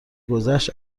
گذشت